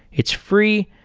it's free,